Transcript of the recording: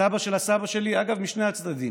הסבא של הסבא שלי, אגב, משני הצדדים,